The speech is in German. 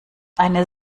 eine